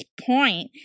point